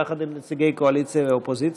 יחד עם נציגי הקואליציה והאופוזיציה,